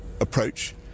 approach